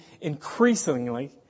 increasingly